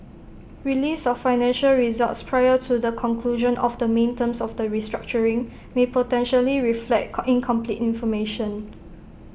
release of financial results prior to the conclusion of the main terms of the restructuring may potentially reflect com incomplete information